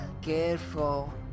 Careful